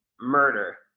murder